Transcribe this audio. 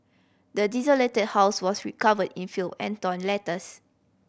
the desolated house was recovered in filth and torn letters